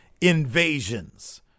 invasions